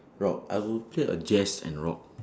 rock I would play the jazz and rock